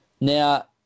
Now